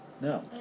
no